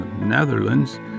Netherlands